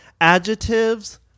Adjectives